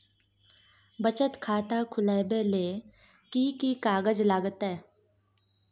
बचत खाता खुलैबै ले कि की कागज लागतै?